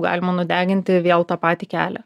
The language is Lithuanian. galima nudeginti vėl tą patį kelią